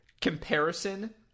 comparison